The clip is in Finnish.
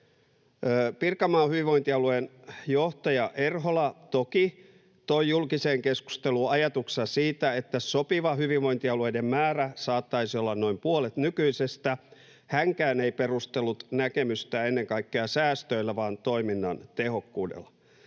Pirkanmaan hyvinvointialueen johtaja Erhola toki toi julkiseen keskusteluun ajatuksia siitä, että sopiva hyvinvointialueiden määrä saattaisi olla noin puolet nykyisestä. Hänkään ei perustellut näkemystään ennen kaikkea säästöillä vaan toiminnan tehokkuudella,